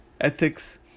ethics